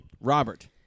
Robert